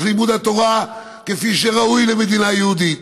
לימוד התורה כפי שראוי למדינה יהודית.